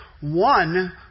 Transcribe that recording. one